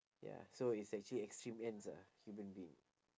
ya so it's actually extreme ends ah human being